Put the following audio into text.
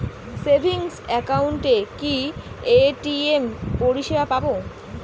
Savings একাউন্টে কি ATM পরিসেবা পাব?